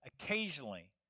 occasionally